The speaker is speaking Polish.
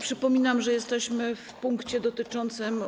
Przypominam jednak, że jesteśmy w punkcie dotyczącym